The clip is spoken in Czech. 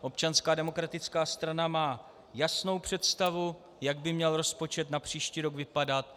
Občanská demokratická strana má jasnou představu, jak by měl rozpočet na příští rok vypadat.